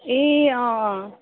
ए अँ अँ